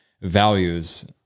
values